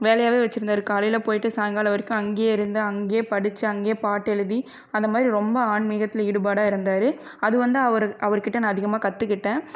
வேலையாகவே வச்சிருந்தார் காலையில் போய்விட்டு சாயங்கலாம் வரைக்கும் அங்கேயே இருந்து அங்கேயே படித்து அங்கேயே பாட்டு எழுதி அந்த மாதிரி ரொம்ப ஆன்மிகத்தில் ஈடுபாடாக இருந்தார் அது வந்து அவர் அவருகிட்ட நான் அதிகமாக கற்றுக்கிட்டேன்